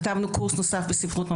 כתבנו קורס נוסף בספרות,